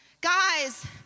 Guys